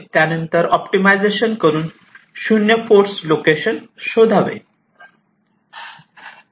त्यानंतर ऑप्टिमायझेशन करून 0 force location शोधावे